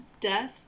death